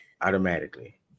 automatically